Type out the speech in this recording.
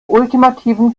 ultimativen